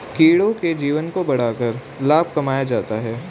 कीड़ों के जीवन को बढ़ाकर लाभ कमाया जाता है